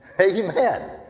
amen